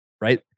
right